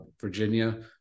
Virginia